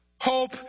Hope